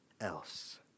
else